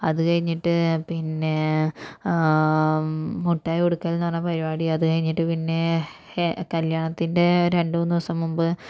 അത്കഴിഞ്ഞിട്ട് പിന്നെ മുട്ടായി കൊടുക്കൽന്ന് പറഞ്ഞ പരിപാടി അതുകഴിഞ്ഞിട്ട് പിന്നെ കല്യാണത്തിൻ്റെ രണ്ടു മൂന്ന് ദിവസം മുമ്പ്